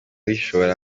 bishora